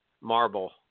marble